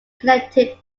connected